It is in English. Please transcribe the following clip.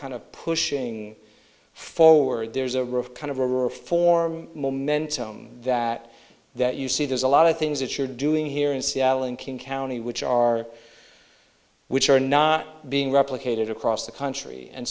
kind of pushing forward there's a kind of a reform momentum that that you see there's a lot of things that you're doing here in seattle and king county which are which are not being replicated across the country and